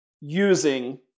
using